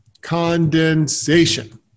condensation